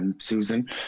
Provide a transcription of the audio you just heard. Susan